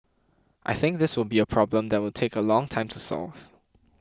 I think this will be a problem that will take a long time to solve